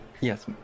Yes